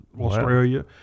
Australia